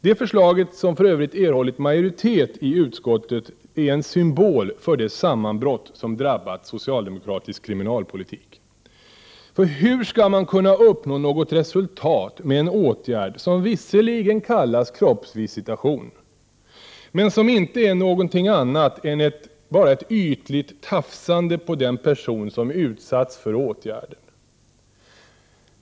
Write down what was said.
Det förslaget, som för övrigt erhållit majoritet i utskottet, är en symbol för det sammanbrott som drabbat socialdemokratisk kriminalpolitik. Hur skall man kunna uppnå något resultat med en åtgärd som visserligen kallas kroppsvisitation, men som inte är något annat än bara ett ytligt tafsande på den person som utsatts för åtgärden?